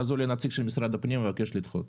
ואז עולה נציג של משרד הפנים ומבקש לדחות.